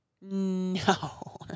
No